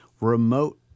remote